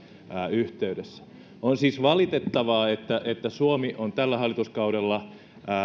yhteydessä on siis valitettavaa että että suomi on tällä hallituskaudella